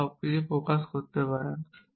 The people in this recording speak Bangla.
এমন সবকিছু প্রকাশ করতে পারেন